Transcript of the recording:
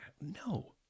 No